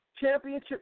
Championship